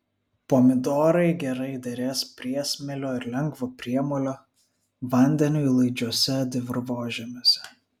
pomidorai gerai derės priesmėlio ir lengvo priemolio vandeniui laidžiuose dirvožemiuose